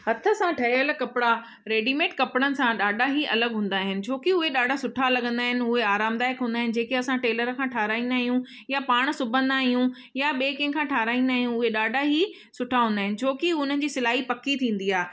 हथ सां ठहियल कपिड़ा रेडीमेड कपिड़नि सां ॾाढा ई अलॻि हूंदा आहिनि छोकी उहे ॾाढा सुठा लॻंदा आहिनि उहे आरामदायक हूंदा आहिनि जेके असां टेलर खां ठाहिराईंदा आहियूं या पाण सिबंदा आहियूं या ॿिए कंहिंखा ठाहिराईंदा आहियूं उहे ॾाढा ई सुठा हूंदा आहिनि छोकी उन्हनि जी सिलाई पक्की थींदी आहे